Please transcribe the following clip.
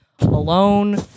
alone